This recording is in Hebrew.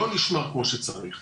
לא נשמר כמו שצריך.